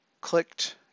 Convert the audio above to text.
clicked